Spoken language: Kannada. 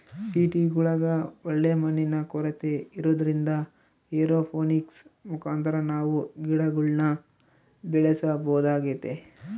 ಸಿಟಿಗುಳಗ ಒಳ್ಳೆ ಮಣ್ಣಿನ ಕೊರತೆ ಇರೊದ್ರಿಂದ ಏರೋಪೋನಿಕ್ಸ್ ಮುಖಾಂತರ ನಾವು ಗಿಡಗುಳ್ನ ಬೆಳೆಸಬೊದಾಗೆತೆ